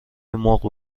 مرغ